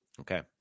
okay